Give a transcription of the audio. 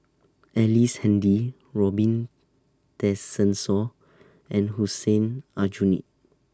Ellice Handy Robin Tessensohn and Hussein Aljunied